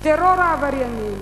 טרור העבריינים,